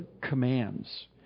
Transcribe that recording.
commands